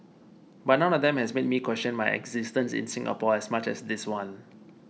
but none of them has made me question my existence in Singapore as much as this one